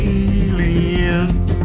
aliens